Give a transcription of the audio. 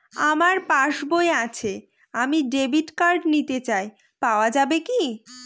আমার পাসবই আছে আমি ডেবিট কার্ড নিতে চাই পাওয়া যাবে কি?